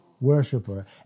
worshiper